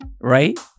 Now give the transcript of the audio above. right